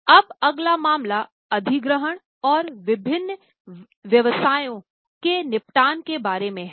अब अगला मामला अधिग्रहण और विभिन्न व्यवसायों के निपटान के बारे में एक है